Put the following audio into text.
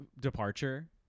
departure